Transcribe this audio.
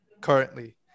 currently